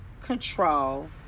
control